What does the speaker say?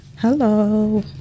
Hello